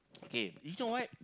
okay you know what